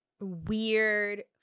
weird